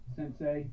Sensei